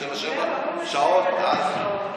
תא כפפות בתוך המכונית של הממשלה הזאת.